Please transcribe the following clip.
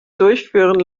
durchführen